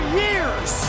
years